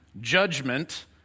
judgment